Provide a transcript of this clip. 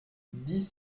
dix